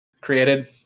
created